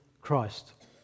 Christ